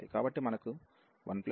కాబట్టి మనకు 1x2x42